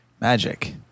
Magic